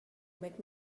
makes